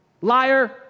liar